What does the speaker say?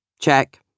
Check